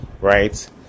right